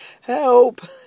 help